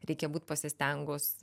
reikia būt pasistengus